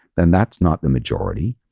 then that's not the majority.